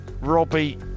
Robbie